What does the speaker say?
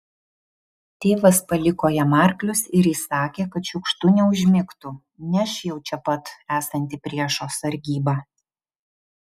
tėvas paliko jam arklius ir įsakė kad šiukštu neužmigtų neš jau čia pat esanti priešo sargyba